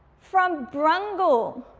from brungle.